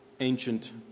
ancient